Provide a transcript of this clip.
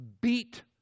beat